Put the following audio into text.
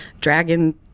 Dragon